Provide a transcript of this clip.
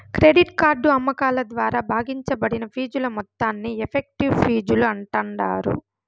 credit card అమ్మకాల ద్వారా భాగించబడిన ఫీజుల మొత్తాన్ని ఎఫెక్టివ్ ఫీజులు అంటాండారు